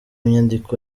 inyandiko